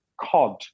COD